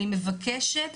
אני מבקשת,